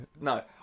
No